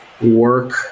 work